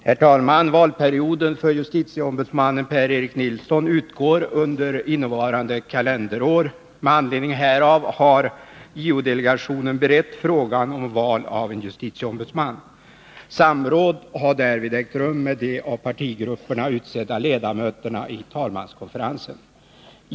Herr talman! Valperioden för justitieombudsmannen Per-Erik Nilsson utgår under innevarande kalenderår. Med anledning härav har JO delegationen berett frågan om val av en justitieombudsman. Samråd har därvid ägt rum med de av partigrupperna utsedda ledamöterna i talmanskonferensen.